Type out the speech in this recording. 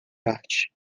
arte